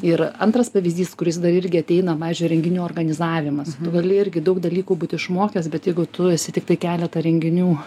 ir antras pavyzdys kuris dar irgi ateina pavyzdžiui renginių organizavimas tu gali irgi daug dalykų būt išmokęs bet jeigu tu esi tiktai keletą renginių